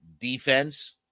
defense